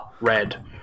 red